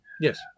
Yes